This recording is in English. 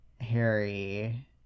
harry